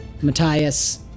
Matthias